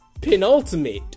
penultimate